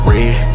Red